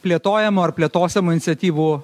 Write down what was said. plėtojamų ar plėtosiamų iniciatyvų